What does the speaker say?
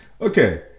Okay